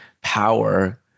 power